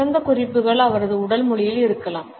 சிறந்த குறிப்புகள் அவரது உடல் மொழியில் இருக்கலாம்